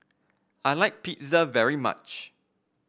I like Pizza very much